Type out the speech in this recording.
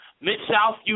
Mid-South